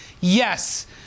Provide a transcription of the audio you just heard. yes